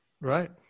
Right